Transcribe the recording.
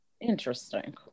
Interesting